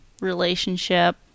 relationship